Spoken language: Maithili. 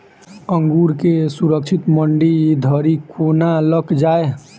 अंगूर केँ सुरक्षित मंडी धरि कोना लकऽ जाय?